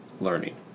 learning